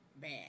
bad